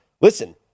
listen